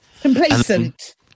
complacent